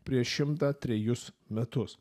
prieš šimtą trejus metus